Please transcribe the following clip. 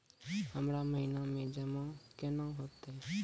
हमरा महिना मे जमा केना हेतै?